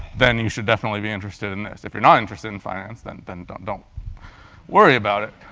then you should definitely be interested in this. if you're not interested in finance, then then don't don't worry about it.